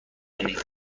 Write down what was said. چیکار